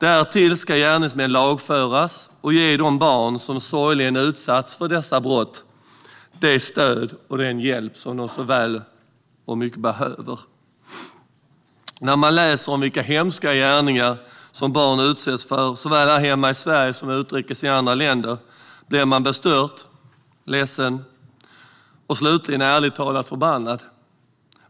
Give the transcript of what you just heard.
Därtill ska gärningsmän lagföras, och vi ska ge de barn som sorgeligen utsatts för dessa brott det stöd och den hjälp som de så väl behöver. När man läser om vilka hemska gärningar som barn utsätts för, såväl här hemma i Sverige som i andra länder, blir man bestört, ledsen och slutligen ärligt talat förbannad.